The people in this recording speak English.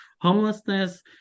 Homelessness